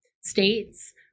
states